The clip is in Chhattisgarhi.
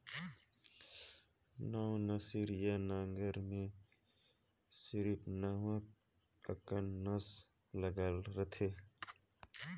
नवनसिया नांगर मे सिरिप नव अकन नास लइग रहथे